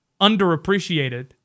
underappreciated